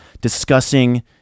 discussing